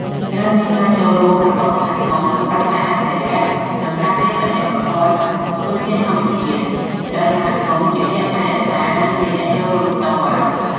ត្រូវមានការចូលរួមរបស់សហគមន៍ សម្រាប់ការអភិរក្ស និងការពារបេតិកភណ្ឌ និងធនធានធម្មជាតិ ដោយសហគមន៍ជាអ្នកថែរក្សា និងជាអ្នកចូលរួមផ្ទាល់។